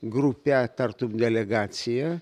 grupe tartum delegacija